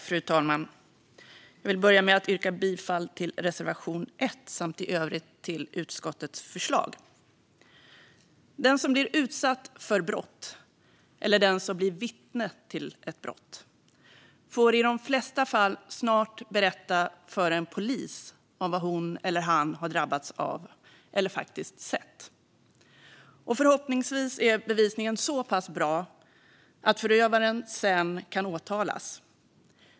Fru talman! Jag vill börja med att yrka bifall till reservation 1 samt i övrigt till utskottets förslag. Den som blir utsatt för brott eller den som blir vittne till ett brott får i de flesta fall snart berätta för en polis om vad hon eller han har drabbats av eller faktiskt sett. Och förhoppningsvis är bevisningen så pass bra att förövaren sedan kan åtalas.